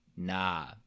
Nah